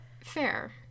Fair